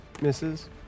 Misses